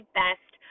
best